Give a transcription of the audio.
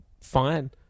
fine